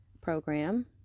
program